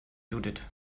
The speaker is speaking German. judith